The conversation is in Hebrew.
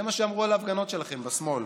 זה מה שאמרו על ההפגנות שלכם בשמאל.